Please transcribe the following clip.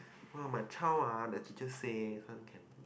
!wah! my child ah the teacher say this one can